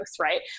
right